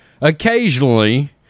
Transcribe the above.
occasionally